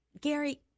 Gary